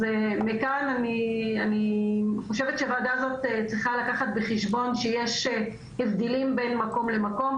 אני חושבת שהוועדה הזאת צריכה לקחת בחשבון שיש הבדלים בין מקום למקום.